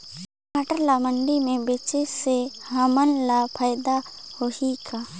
टमाटर ला मंडी मे बेचे से हमन ला फायदा होही का?